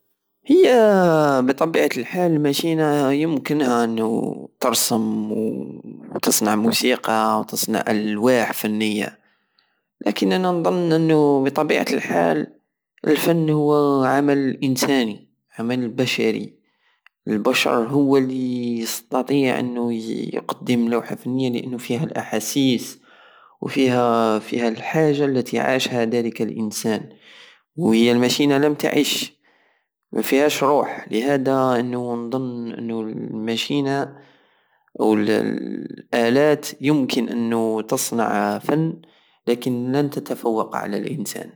هي بطبيعة الحال المشينة يمكنها ان ترسم وتصنع موسيقى وتصنع ألواح فنية لاكن انا نض انو بطبيعة الحال الفن هو عمل انساني البشر هو الي يستطيع انو يقدم لوح فنية لانو فيه الاحاسيس وفيها فيها الحاجة التي عاشها ذلك النسان وهي المشينة لم تعش مافيهاش الروه لهدا لانو نضن انو المشينة والالات يمكن انو تصنع فن لكن لن تتفوق على الانسان